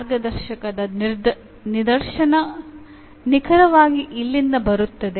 ಮಾರ್ಗದರ್ಶಕದ ನಿದರ್ಶನ ನಿಖರವಾಗಿ ಇಲ್ಲಿಂದ ಬರುತ್ತದೆ